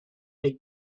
big